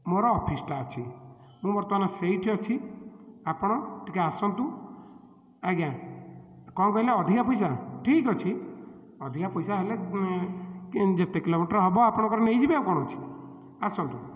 ମୋର ଅଫିସ୍ଟା ଅଛି ମୁଁ ବର୍ତ୍ତମାନ ସେଇଠି ଅଛି ଆପଣ ଟିକିଏ ଆସନ୍ତୁ ଆଜ୍ଞା କଣ କହିଲେ ଅଧିକା ପଇସା ଠିକ୍ ଅଛି ଅଧିକା ପଇସା ହେଲେ ଯେତେ କିଲୋମିଟର୍ ହେବ ଆପଣଙ୍କର ନେଇଯିବେ ଆଉ କ'ଣ ଅଛି ଆସନ୍ତୁ